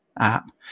app